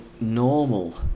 normal